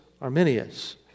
Arminius